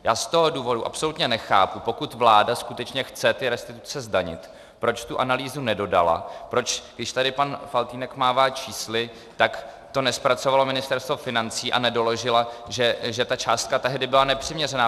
Já z toho důvodu absolutně nechápu, pokud vláda skutečně chce ty restituce zdanit, proč tu analýzu nedodala, proč to, když tady pan Faltýnek mává čísly, nezpracovalo Ministerstvo financí, a nedoložila, že ta částka tehdy byla nepřiměřená.